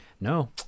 No